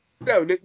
No